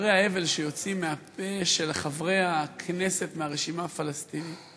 לדברי ההבל שיוצאים מהפה של חברי הכנסת מהרשימה הפלסטינית,